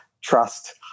trust